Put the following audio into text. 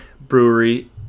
brewery